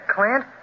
Clint